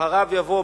אחריו יבוא,